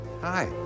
Hi